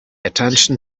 attention